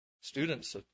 Students